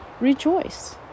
rejoice